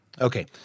Okay